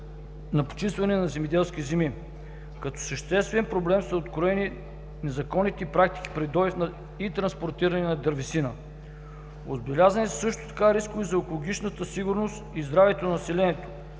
на почистването на земеделски земи. Като съществен проблем са откроени незаконните практики при добива и транспортирането на дървесина. Отбелязани са също така рискове за екологичната сигурност и здравето на населението,